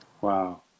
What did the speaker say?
Wow